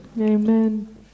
Amen